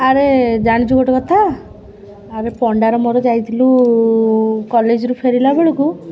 ଆରେ ଜାଣିଛୁ ଗୋଟେ କଥା ଆରେ ପଣ୍ଡାର ମୋର ଯାଇଥିଲୁ କଲେଜ୍ରୁ ଫେରିଲା ବେଳକୁ